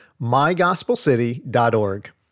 mygospelcity.org